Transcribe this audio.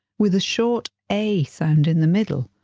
with a short a sound in the middle.